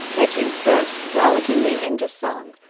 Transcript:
reggie burst rollickingly into song.